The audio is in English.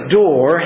door